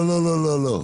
לא, לא, לא.